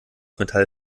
metall